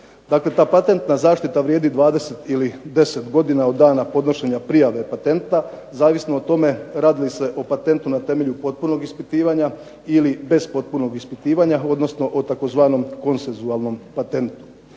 Dakle, ta patentna zaštita vrijedi 20 ili 10 godina od dana podnošenja prijave patenta, zavisno o tome radi li se o patentu na temelju potpunog ispitivanja ili bez potpunog ispitivanja odnosno o tzv. konsenzualnom patentu.